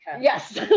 Yes